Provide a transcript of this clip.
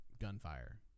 gunfire